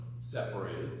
separated